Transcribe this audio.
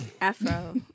Afro